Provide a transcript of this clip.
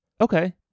Okay